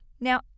Now